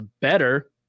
better